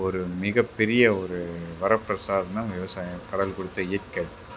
ஒரு மிகப்பெரிய ஒரு வரப்பிரசாதன்னால் விவசாயம் கடவுள் கொடுத்த இயற்கை அது